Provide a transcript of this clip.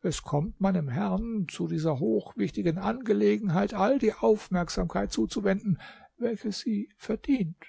es kommt meinem herrn zu dieser hochwichtigen angelegenheit all die aufmerksamkeit zuzuwenden welche sie verdient